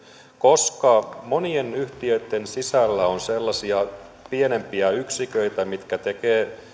koska monien yhtiöitten sisällä on sellaisia pienempiä yksiköitä jotka tekevät